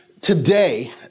today